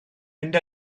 mynd